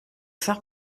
faire